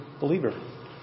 believer